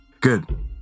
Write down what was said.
Good